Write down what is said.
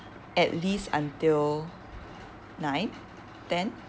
at least until nine ten